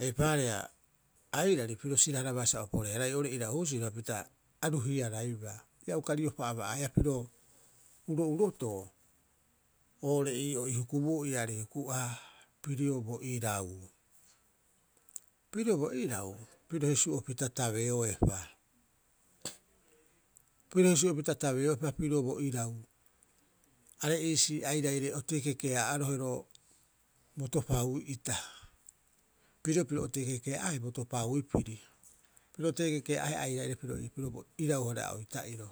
Eipaareh, aairari piro sira- haraba opore- haraiu oo'ore irau husiro, hapita a ruhiaraibaa. Ia uka riopa aba'aea pirio urourotoo oo'ore ii'oo ii hukubuuoo iaarei huku'aha pirio bo irau. Piro bo irau piro hisu'opita tabeoepa. Piro hisu'opita tabeoepa piro bo irau, are iisi airaire otei kekea'arohe ro bo topau'ita. Pirio piro otei kekea'ahe bo topaui piri. Piro otei kekea'ahe airaire pirio ii pirio irauhara oita'iro.